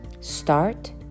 start